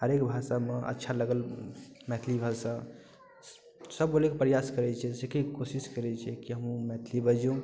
हरेक भाषामे अच्छा लगल मैथिली भाषा सब बोलैके प्रयास करै छै सीखैके कोशिश करै छै की हम मैथिली बाजू